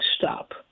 stop